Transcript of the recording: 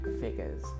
figures